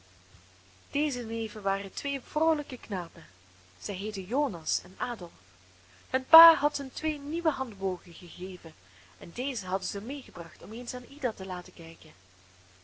deze neven waren twee vroolijke knapen zij heetten jonas en adolf hun pa had hun twee nieuwe handbogen gegeven en deze hadden zij meegebracht om ze eens aan ida te laten kijken